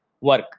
work